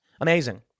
Amazing